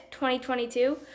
2022